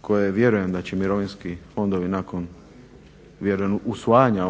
koje vjerujem da će mirovinski fondovi nakon vjerujem usvajanja